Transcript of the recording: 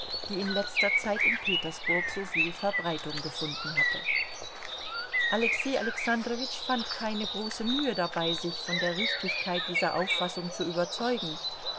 die in letzter zeit in petersburg soviel verbreitung gefunden hatte alexei alexandrowitsch fand keine große mühe dabei sich von der richtigkeit dieser auffassung zu überzeugen